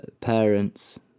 parents